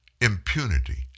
impunity